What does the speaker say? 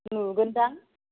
नुगोनखोमा